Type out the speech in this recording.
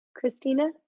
Christina